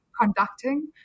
conducting